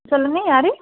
சொல்லுங்கள் யார்